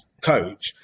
coach